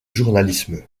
journalisme